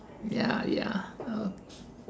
ya ya okay